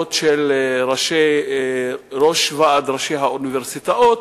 הדעות של ראש ועד ראשי האוניברסיטאות,